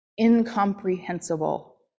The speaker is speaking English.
incomprehensible